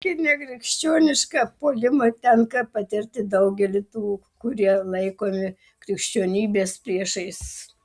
tokį nekrikščionišką puolimą tenka patirti daugeliui tų kurie laikomi krikščionybės priešais